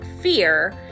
fear